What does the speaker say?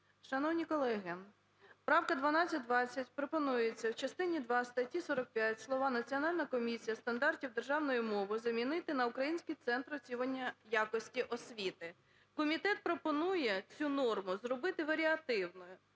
Шановні колеги, правка 1220. Пропонується в частині два статті 45 слова "Національна комісія стандартів державної мови" замінити на "Український центр оцінювання якості освіти". Комітет пропонує цю норму зробити варіативною.